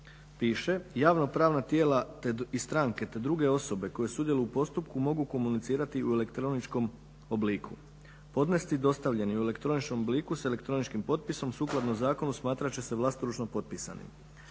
piše: "Javno-pravna tijela i stranke te druge osobe koje sudjeluju u postupku mogu komunicirati u elektroničkom obliku. Podnesci dostavljeni u elektroničkom obliku s elektroničkim potpisom sukladno zakonu smatrat će se vlastoručno potpisanim.",